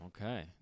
okay